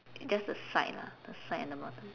just the side lah the side and the bottom